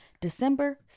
December